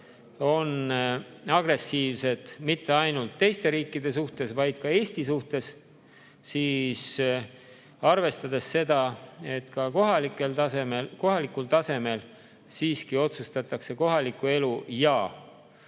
agressiivsed mitte ainult teiste riikide suhtes, vaid ka Eesti suhtes, siis arvestades seda, et kohalikul tasemel siiski otsustatakse kohaliku elu ja